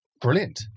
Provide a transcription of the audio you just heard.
Brilliant